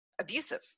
abusive